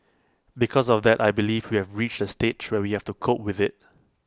because of that I believe we have reached A stage where we have to cope with IT